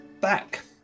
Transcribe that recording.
back